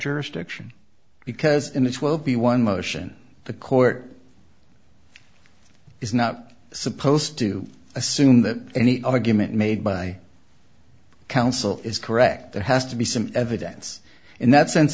jurisdiction because it's will be one motion the court is not supposed to assume that any argument made by counsel is correct there has to be some evidence in that